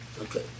Okay